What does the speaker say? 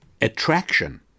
attraction